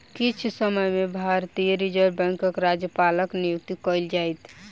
किछ समय में भारतीय रिज़र्व बैंकक राज्यपालक नियुक्ति कएल जाइत